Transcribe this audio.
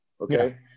Okay